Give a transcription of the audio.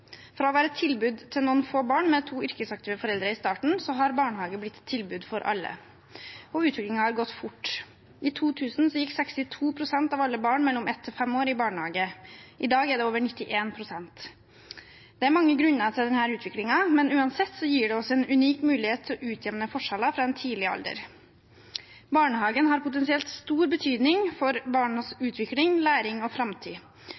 Fra å være et tilbud til noen få barn med to yrkesaktive foreldre i starten, har barnehage blitt et tilbud for alle, og utviklingen har gått fort. I 2000 gikk 62 pst. av alle barn mellom ett år og fem år i barnehage. I dag er det over 91 pst. Det er mange grunner til denne utviklingen, men uansett gir det oss en unik mulighet til å utjevne forskjeller fra en tidlig alder. Barnehagen har potensielt stor betydning for barnas utvikling, læring og framtid.